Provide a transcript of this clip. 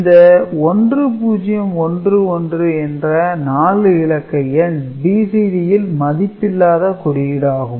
இந்த 1011 என்ற 4 இலக்க எண் BCDல் மதிப்பில்லாத குறியீடுஆகும்